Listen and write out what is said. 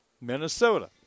Minnesota